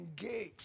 engage